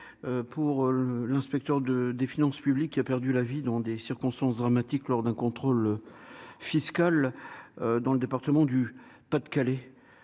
pour le l'inspecteur de des finances publiques qui a perdu la vie dans des circonstances dramatiques lors d'un contrôle fiscal dans le département du Pas-de-Calais